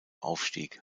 aufstieg